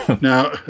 Now